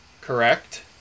Correct